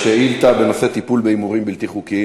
שאילתה בנושא: טיפול בהימורים הבלתי-חוקיים.